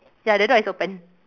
ya the door is open